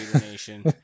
Nation